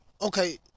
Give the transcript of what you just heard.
okay